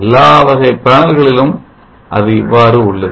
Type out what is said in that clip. எல்லா வகை பேனல்களிலும் அது இவ்வாறு உள்ளது